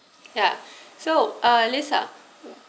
ya so uh alyssa